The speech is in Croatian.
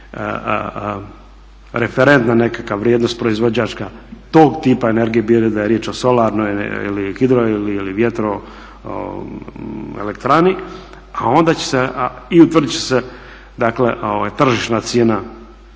referentna nekakva vrijednost proizvođačka tog tipa energije bilo da je riječ o solarnoj ili hidro ili vjetroelektrani a onda će se, i utvrdit će dakle tržišna cijena